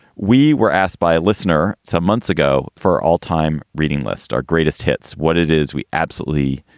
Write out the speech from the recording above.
we were asked by a listener some months ago for all time reading list, our greatest hits. what it is we absolutely,